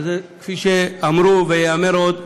וכפי שאמרו וייאמר עוד,